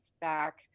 back